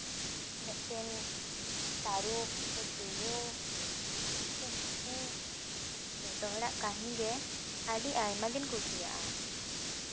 ᱢᱮᱫᱴᱮᱱ ᱛᱟᱹᱨᱩᱵᱽ ᱥᱮ ᱛᱩᱭᱩ ᱥᱮ ᱯᱩᱥᱤ ᱡᱚᱛᱚ ᱦᱚᱲᱟᱜ ᱠᱟᱹᱦᱱᱤ ᱜᱮ ᱟᱹᱰᱤ ᱟᱭᱢᱟᱜᱤᱧ ᱠᱩᱥᱤᱭᱟᱜᱼᱟ